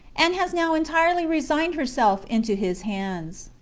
and has now entirely resigned herself into his hands.